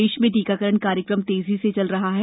देश में टीकाकरण कार्यक्रम तेजी से चल रहा है